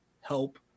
Help